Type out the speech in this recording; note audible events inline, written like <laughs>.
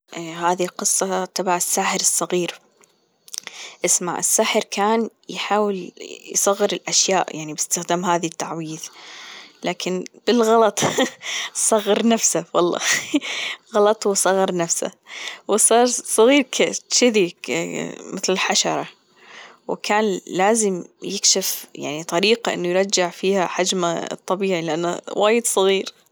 هذي قصة تبع الساحر الصغير إسمع الساحر كان يحاول يصغر الأشياء يعني بإستخدام هذي التعويذة لكن بالغلط <laughs> صغر نفسك والله غلط وصغر نفسه وصار صغير كيف تشذي يعني مثل الحشرة وكان لازم يكشف يعني طريقة أنه يرجع فيها حجمه الطبيعي لأنه وايد صغير.